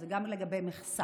זה גם לגבי מכסה,